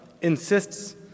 insists